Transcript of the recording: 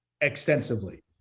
extensively